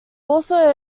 also